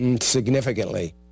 Significantly